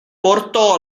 portò